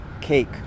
cake